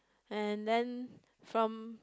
and then from